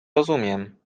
rozumiem